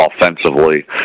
offensively